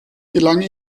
gelang